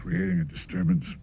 creating a disturbance